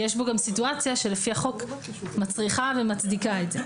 יש בו גם סיטואציה שלפי החוק מצריכה ומצדיקה את זה.